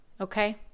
okay